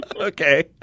Okay